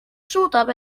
suudab